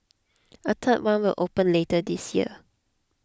a third one will open later this year